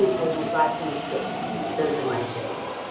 and twenty five, twenty six. those are my shades.